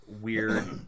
weird